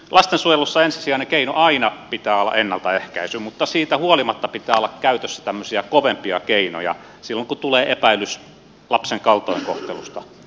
lastensuojelussa ensisijaisen keinon pitää olla aina ennaltaehkäisy mutta siitä huolimatta pitää olla käytössä kovempia keinoja silloin kun tulee epäilys lapsen kaltoinkohtelusta